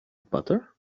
butter